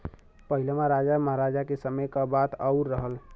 पहिलवा राजा महराजा के समय क बात आउर रहल